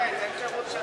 אין תירוץ של,